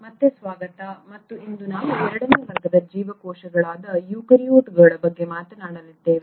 ಮತ್ತೆ ಸ್ವಾಗತ ಮತ್ತು ಇಂದು ನಾವು ಎರಡನೇ ವರ್ಗದ ಜೀವಕೋಶಗಳಾದ ಯುಕ್ಯಾರಿಯೋಟ್ಗಳ ಬಗ್ಗೆ ಮಾತನಾಡಲಿದ್ದೇವೆ